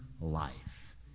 life